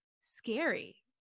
scary